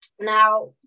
Now